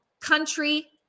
country